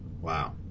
Wow